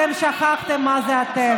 אתם שכחתם מה זה "אתם".